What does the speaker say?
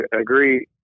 agree